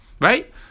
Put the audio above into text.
right